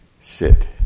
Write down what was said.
sit